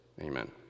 Amen